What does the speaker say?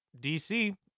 DC